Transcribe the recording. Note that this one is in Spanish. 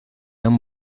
han